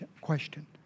question